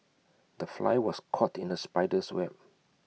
the fly was caught in the spider's web